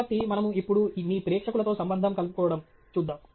కాబట్టి మనము ఇప్పుడు మీ ప్రేక్షకులతో సంబంధం కలుపుకోవడం చూద్దాం